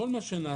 כל מה שנעשה